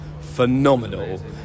phenomenal